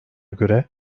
göre